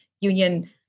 union